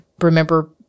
remember